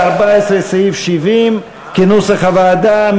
ל-2014, כנוסח הוועדה.